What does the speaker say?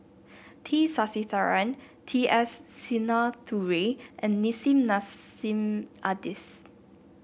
T Sasitharan T S Sinnathuray and Nissim Nassim Adis